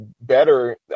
better